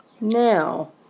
Now